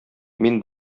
мин